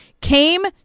came